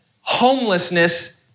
homelessness